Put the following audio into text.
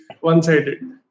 one-sided